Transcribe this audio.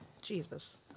Jesus